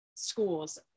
schools